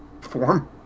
form